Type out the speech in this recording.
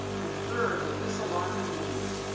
and third with this alarming news,